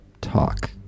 talk